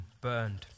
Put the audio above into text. burned